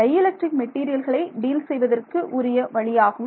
tie electric மெட்டீரியல்களை deal செய்வதற்கு உரிய வழியாகும்